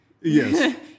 Yes